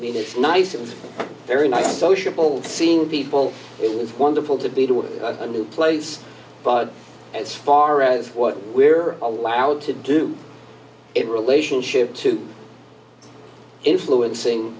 mean it's nice it was very nice sociable seeing people it was wonderful to be to a new place but as far as what we're allowed to do it relationship to influencing